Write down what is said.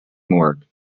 morgue